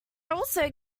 also